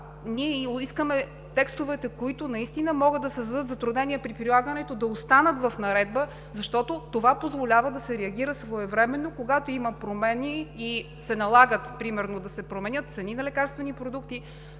искаме текстовете, които наистина могат да създадат затруднения при прилагането, да останат в наредба – това позволява да се реагира своевременно, когато има промени и се налага примерно да се променят цени на лекарствени продукти,